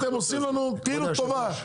אתם עושים לנו כאילו טובה.